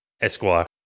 Esquire